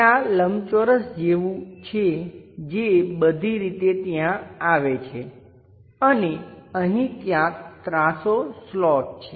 ત્યાં લંબચોરસ જેવું છે જે બધી રીતે ત્યાં આવે છે અને અહીં ક્યાંક ત્રાસો સ્લોટ છે